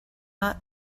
not